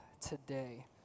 today